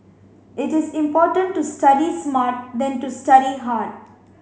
it is important to study smart than to study hard